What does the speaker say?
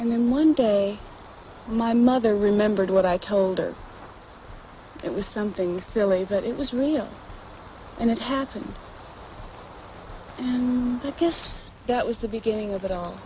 and then one day my mother remembered what i told her it was something silly but it was real and it happened because that was the beginning of it